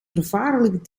vervaarlijk